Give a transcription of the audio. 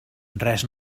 res